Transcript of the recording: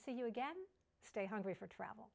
see you again stay hungry for travel